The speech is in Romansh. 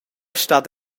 stat